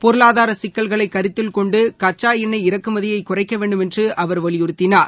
பொருளாதாரசிக்கல்களைகருத்தில் கொண்டுகச்சாஎண்ணெய் இறக்குமதியைகுறைக்கவேண்டும் என்றுஅவர் வலியுறுத்தினார்